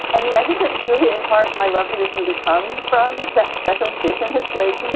i mean, i think that julia inpart my love for this movie comes from that special editions at slate.